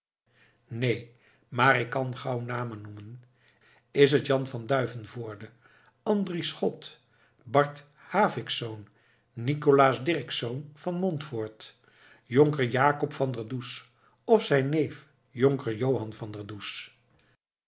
neen maar ik kan gauw namen noemen is het jan van duivenvoorde andries schot bart havicksz nicolaas dircksz van montfoort jonker jacob van der does of zijn neef jonker johan van der